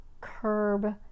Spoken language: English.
curb